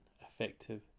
effective